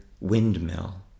windmill